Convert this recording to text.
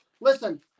Listen